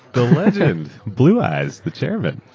the legend, blue eyes, the chairman.